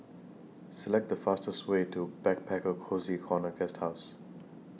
Select The fastest Way to Backpacker Cozy Corner Guesthouse